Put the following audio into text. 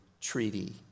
treaty